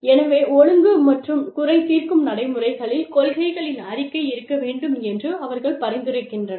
எனவே ஒழுங்கு மற்றும் குறை தீர்க்கும் நடைமுறைகளில் கொள்கைகளின் அறிக்கை இருக்க வேண்டும் என்று அவர்கள் பரிந்துரைக்கின்றனர்